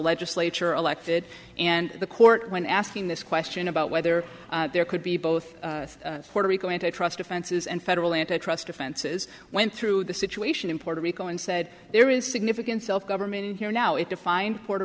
legislature elected and the court when asking this question about whether there could be both puerto rico antitrust offenses and federal antitrust offenses went through the situation in puerto rico and said there is significant self government in here now it defined puerto